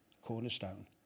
Cornerstone